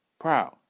Proud